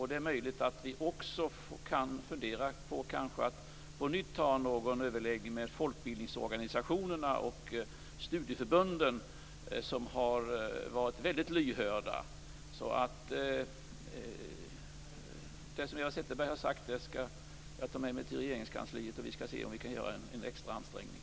Det är möjligt att vi också kan fundera på att på nytt ha en överläggning med folkbildningsorganisationerna och studieförbunden, som har varit väldigt lyhörda. Det som Eva Zetterberg har sagt skall jag ta med mig till Regeringskansliet. Vi skall se om vi kan göra en extra ansträngning.